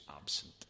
absent